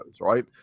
right